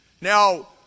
Now